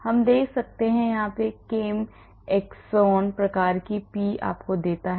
हम दे सकते हैं केम एक्सोन प्रकार पी आपको देता है